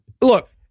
Look